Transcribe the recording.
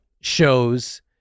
shows